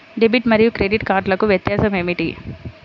Debit మరియు credit కార్డ్లకు వ్యత్యాసమేమిటీ?